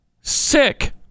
Sick